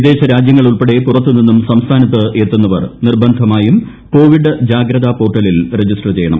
വിദേശ രാജ്യങ്ങൾ ഉൾപ്പെടെ പുറത്തു നിന്നും പ്രസ്ത്യ്ഥാനത്ത് എത്തുന്നവർ നിർബന്ധമായും കോവിഡ് ജാഗ്രതാ പോർട്ടലിൽ രജിസ്റ്റർ ചെയ്യണം